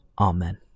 Amen